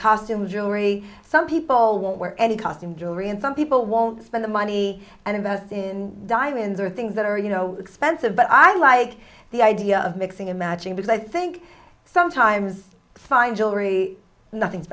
costume jewelry some people won't wear any costume jewelry and some people won't spend the money and invest in diamonds or things that are you know expensive but i like the idea of mixing and matching because i think sometimes fine jewelry nothing's